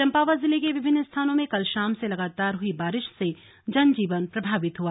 चम्पावत जिले के विभिन्न स्थानों में कल शाम से लगातार हुई बारिश से जनजीवन प्रभावित हुआ